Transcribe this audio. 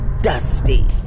dusty